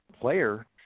player